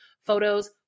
photos